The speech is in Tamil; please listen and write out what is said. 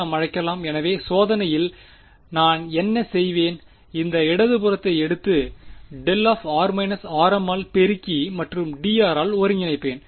நாம் அழைக்கலாம் எனவே சோதனையில் நான் என்ன செய்வேன் இந்த இடது புறத்தை எடுத்து δ ஆல் பெருக்கி மற்றும் dr ஆள் ஒருங்கிணைப்பேன்